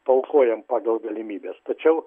paaukojom pagal galimybes tačiau